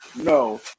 No